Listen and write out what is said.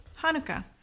Hanukkah